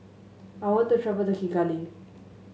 I want to travel to Kigali